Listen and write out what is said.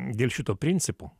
dėl šito principo